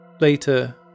Later